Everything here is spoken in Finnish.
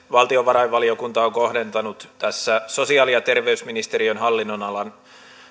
valtiovarainvaliokunta on tehnyt tässä sosiaali ja terveysministeriön hallinnonalan